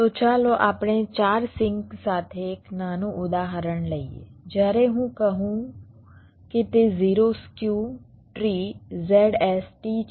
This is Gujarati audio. તો ચાલો આપણે 4 સિંક સાથે એક નાનું ઉદાહરણ લઈએ જ્યારે હું કહું કે તે 0 સ્ક્યુ ટ્રી ZST છે